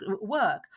work